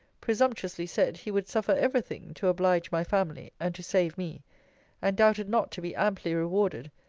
presumptuously said, he would suffer every thing, to oblige my family, and to save me and doubted not to be amply rewarded,